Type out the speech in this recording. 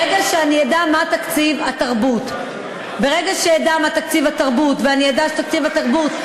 ברגע שאני אדע מה תקציב התרבות ואדע שתקציב התרבות,